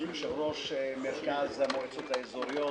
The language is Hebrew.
יושב-ראש מרכז המועצות האזוריות,